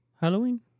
Halloween